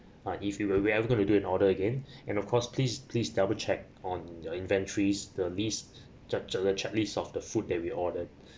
ah if you will we ever going to do an order again and of course please please double check on uh inventory the list check the checklist of the food that we ordered